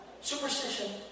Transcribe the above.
Superstition